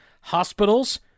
hospitals